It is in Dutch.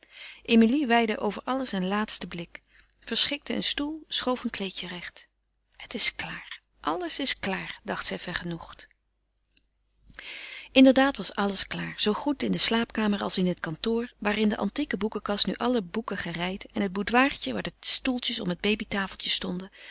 emilie weidde over alles een laatsten blik verschikte een stoel schoof een kleedje recht het is klaar alles is klaar dacht zij vergenoegd inderdaad was alles klaar zoo goed in de slaapkamer als in het kantoor waar in de antieke boekenkast nu alle boeken gerijd en het boudoirtje waar de stoeltjes om het babytafeltje stonden